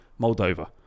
Moldova